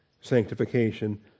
sanctification